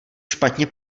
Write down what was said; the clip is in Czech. špatně